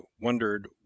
wondered